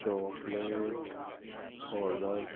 chocolate order